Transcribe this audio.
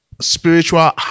spiritual